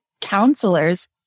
counselors